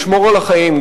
לשמור על החיים,